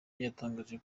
yatangaje